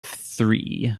three